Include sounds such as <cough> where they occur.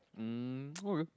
mm <noise> okay